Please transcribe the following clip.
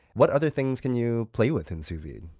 what other things can you play with in sous vide?